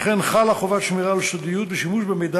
וכן חלה חובת שמירה על סודיות ושימוש במידע